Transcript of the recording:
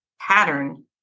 pattern